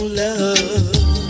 love